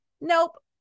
Nope